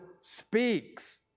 speaks